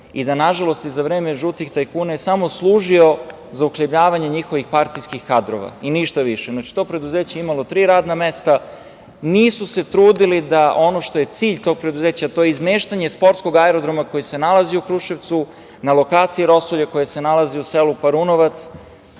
i da, nažalost, i za vreme žutih tajkuna je samo služio za uhljebljavanje njihovih partijskih kadrova i ništa više. Znači, to preduzeće je imalo tri radna mesta. Nisu se trudili da ono što je cilj tog preduzeća, to izmeštanje sportskog aerodroma koji se nalazio u Kruševcu, na lokaciji Rosulje koje se nalazi u selu Parunovac,